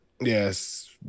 Yes